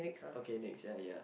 okay next ya ya